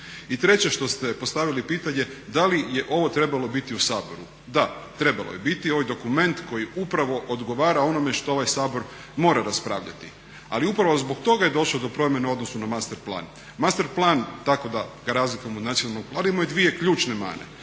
I treće što ste postavili pitanje da li je ovo trebalo biti u Saboru? Da trebalo je biti, ovo je dokument koji upravo odgovara onome što ovaj Sabor mora raspravljati. Ali upravo zbog toga je došlo do promjene u odnosu na master plan. Maste plan tako da ga razlikujemo o nacionalnog ima dvije ključne mane.